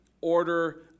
order